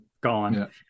gone